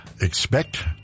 expect